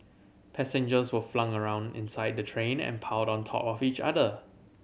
passengers were flung around inside the train and piled on top of each other